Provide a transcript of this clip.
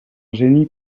génie